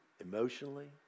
emotionally